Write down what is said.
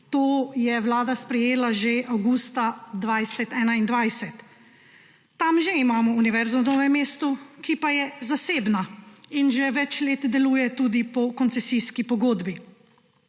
To je vlada sprejela že avgusta 2021. Tam že imamo univerzo v Novem mestu, ki pa je zasebna in že več let deluje tudi po koncesijski pogodbi.